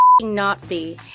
Nazi